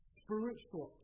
spiritual